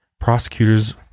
prosecutors